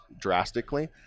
drastically